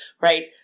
right